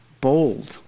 bold